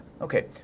Okay